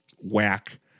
whack